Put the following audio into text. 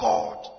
God